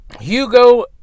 Hugo